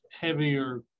heavier